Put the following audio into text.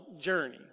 journey